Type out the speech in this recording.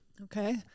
Okay